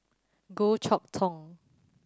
Goh Chok Tong